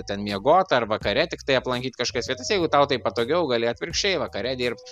ten miegot ar vakare tiktai aplankyt kažkokias vietas jeigu tau taip patogiau gali atvirkščiai vakare dirbt